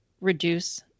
reduce